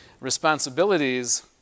responsibilities